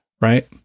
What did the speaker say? right